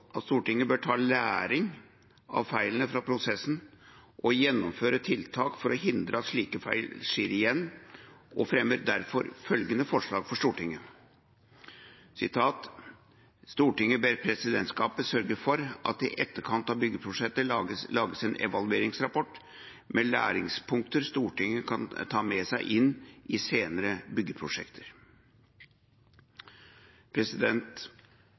at Stortinget bør ta lærdom av feilene fra prosessen og gjennomføre tiltak for å hindre at slike feil skjer igjen, og fremmer derfor følgende forslag for Stortinget: «Stortinget ber presidentskapet sørge for at det i etterkant av byggeprosjektet lages en evalueringsrapport med læringspunkter Stortinget kan ta med seg inn i senere byggeprosjekter.»